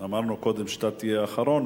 אמרנו קודם שאתה תהיה האחרון,